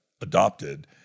adopted